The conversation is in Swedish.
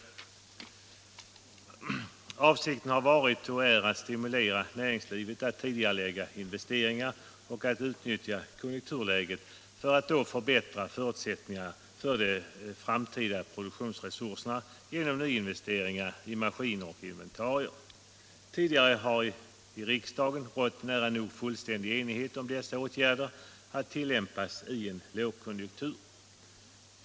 Avsikten har varit och är att stimulera näringslivet att tidigarelägga investeringar och utnyttja konjunkturläget för att förbättra förutsättningarna för de framtida produktionsresurserna genom nyinvesteringar i maskiner och inventarier. Tidigare har i riksdagen rått nära nog fullständig enighet om att dessa åtgärder skall tillämpas i en lågkonjunktur.